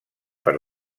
per